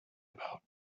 about